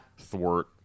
thwart